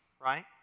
right